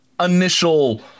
initial